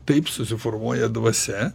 taip susiformuoja dvasia